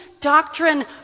doctrine